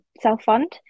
self-fund